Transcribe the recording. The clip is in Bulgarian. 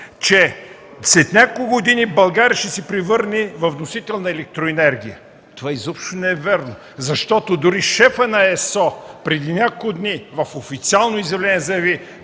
че след няколко години България ще се превърне във вносител на електроенергия. Това изобщо не е вярно, защото дори шефът на ЕСО преди няколко дни в официално изявление заяви,